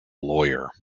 lawyer